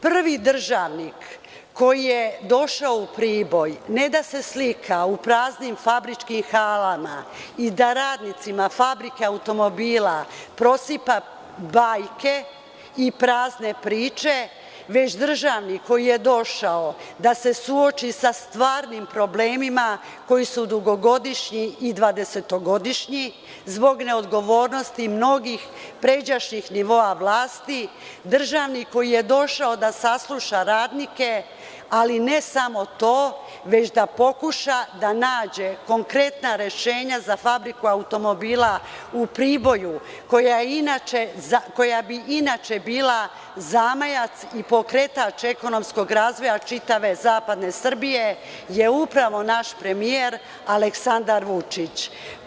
Prvi državnik koji je došao u Priboj, ne da se slika u praznim fabričkim halama i da radnicima fabrike automobila prosipa bajke i prazne priče, već državnik koji je došao da se suoči sa stvarnim problemima, koji su dugogodišnji i dvadesetogodišnji zbog neodgovornosti mnogih pređašnjih nivoa vlasti, državnik koji je došao da sasluša radnike, ali ne samo to, već da pokuša da nađe konkretna rešenja za Fabriku automobila u Priboju, koja bi inače bila zamajac i pokretač ekonomskog razvoja čitave zapadne Srbije, je upravo naš premijer Aleksandar Vučić.